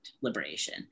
liberation